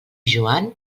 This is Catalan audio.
joan